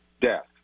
death